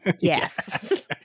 Yes